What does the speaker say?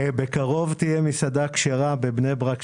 בקרוב אני פותח מסעדה כשרה בבני ברק,